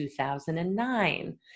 2009